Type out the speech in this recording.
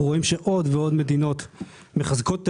אנחנו רואים שעוד ועוד מדינות מחזקות את